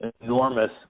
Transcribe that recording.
enormous